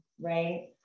Right